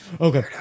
Okay